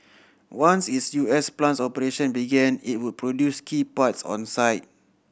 once its U S plant's operation began it would produce key parts on site